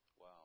Wow